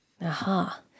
Aha